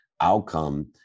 outcome